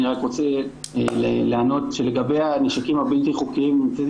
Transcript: אני רק רוצה לענות שלגבי הנשקים הבלתי-חוקיים נמצאת